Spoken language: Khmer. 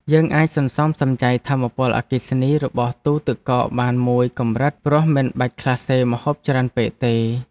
យើងអាចសន្សំសំចៃថាមពលអគ្គិសនីរបស់ទូទឹកកកបានមួយកម្រិតព្រោះមិនបាច់ក្លាសេម្ហូបច្រើនពេកទេ។